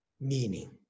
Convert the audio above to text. meaning